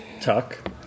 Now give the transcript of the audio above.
Tuck